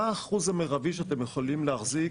מה האחוז המירבי שאתם יכולים להחזיק?